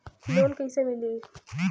Loan कईसे मिली?